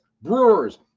Brewers